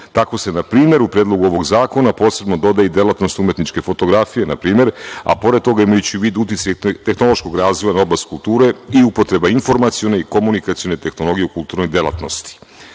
Tako se, na primer, u Predlogu ovog zakona posebno dodaje delatnost umetničke fotografije, a pored toga, imajući u vidu uticaj tehnološkog razvoja u oblasti kulture i upotreba informacione i komunikacione tehnologije u kulturnoj delatnosti. Dalje,